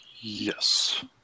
Yes